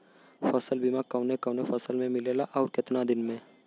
फ़सल बीमा कवने कवने फसल में मिलेला अउर कितना दिन में?